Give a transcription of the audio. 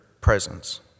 presence